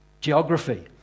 geography